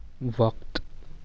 وقت